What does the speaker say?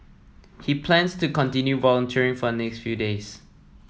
he plans to continue volunteering for the next few days